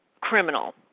criminal